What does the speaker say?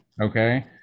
okay